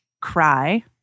cry